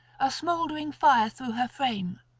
a smouldering fire through her frame,